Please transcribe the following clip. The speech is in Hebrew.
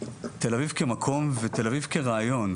תל אביב כמקום ותל אביב כרעיון.